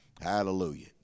Hallelujah